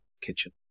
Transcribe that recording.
kitchen